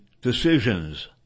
decisions